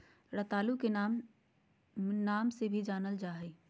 रतालू के आम नाम से भी जानल जाल जा हइ